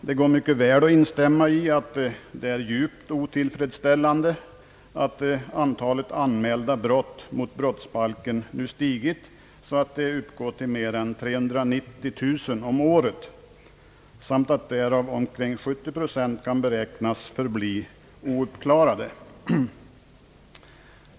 Det går mycket väl att instämma i att det är djupt otillfredsställande att antalet anmälda brott mot brottsbalken nu stigit till mer än 390 000 om året samt att omkring 70 procent av brotten kan beräknas förbli ouppklarade.